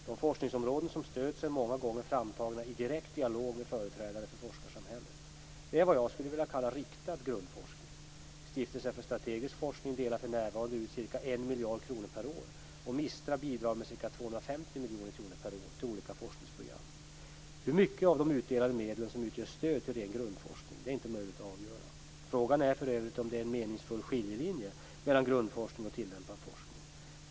De forskningsområden som stöds är många gånger framtagna i direkt dialog med företrädare för forskarsamhället. Det är vad jag skulle vilja kalla riktad grundforskning. Stiftelsen för strategisk forskning delar för närvarande ut ca 1 miljard kronor per år, och MISTRA bidrar med ca 250 miljoner kronor per år, till olika forskningsprogram. Hur mycket av de utdelade medlen som utgör stöd till ren grundforskning är inte möjligt att avgöra. Frågan är för övrigt om det är en meningsfull skiljelinje mellan grundforskning och tillämpad forskning.